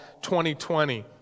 2020